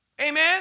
Amen